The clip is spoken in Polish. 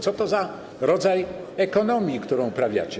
Co to za rodzaj ekonomii, którą uprawiacie?